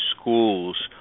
schools